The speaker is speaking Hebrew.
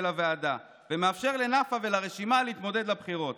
הוועדה ואפשר לנפאע ולרשימה להתמודד לבחירות.